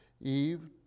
Eve